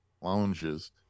lounges